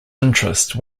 interest